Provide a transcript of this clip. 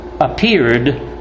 appeared